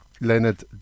Leonard